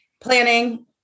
planning